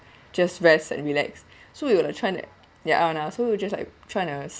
just rest and relax so you're like trying it your own lah so you're just like trying to